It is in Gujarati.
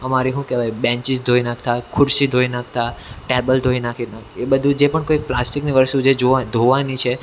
અમારી હું કહેવાય બેન્ચીસ ધોઈ નાખતા ખુરશી ધોઈ નાખતા ટેબલ ધોઈ નાખી એવી રીતના એ બધું જે પણ કંઈ પ્લાસ્ટિકની વસ્તુ જે જોવાની ધોવાની છે